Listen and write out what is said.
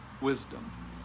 wisdom